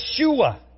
Yeshua